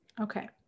Okay